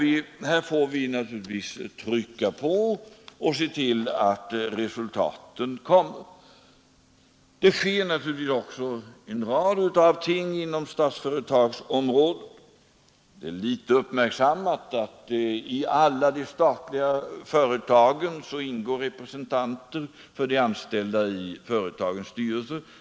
Vi är angelägna om att det blir resultat. Det vidtas givetvis också en rad åtgärder inom statsföretagsområdet som är klart positiva. Det är föga uppmärksammat att det i alla de statliga företagen ingår representanter för de anställda i styrelsen.